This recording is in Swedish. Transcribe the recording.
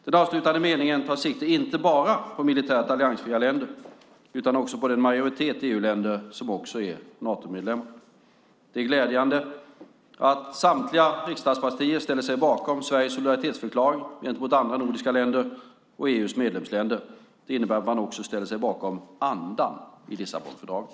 Den avslutande meningen tar sikte inte bara på militärt alliansfria länder utan också på den majoritet EU-länder som också är Natomedlemmar. Det är glädjande att samtliga riksdagspartier ställer sig bakom Sveriges solidaritetsförklaring gentemot andra nordiska länder och EU:s medlemsländer. Det innebär att man också ställer sig bakom andan i Lissabonfördraget.